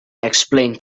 explained